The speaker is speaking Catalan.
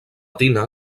tina